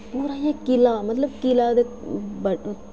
पूरा इयां किला मतलब किला ते